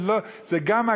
זה גם,